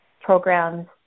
programs